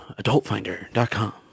adultfinder.com